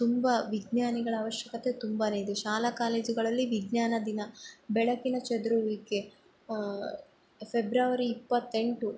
ತುಂಬ ವಿಜ್ಞಾನಿಗಳ ಅವಶ್ಯಕತೆ ತುಂಬಾ ಇದೆ ಶಾಲಾ ಕಾಲೇಜುಗಳಲ್ಲಿ ವಿಜ್ಞಾನ ದಿನ ಬೆಳಕಿನ ಚದುರುವಿಕೆ ಫೆಬ್ರವರಿ ಇಪ್ಪತ್ತೆಂಟು